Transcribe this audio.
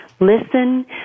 Listen